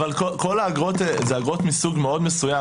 אבל כל האגרות, אלה אגרות מסוג מאוד מסוים.